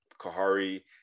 Kahari